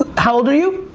ah how old are you?